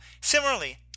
Similarly